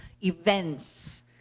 events